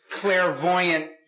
clairvoyant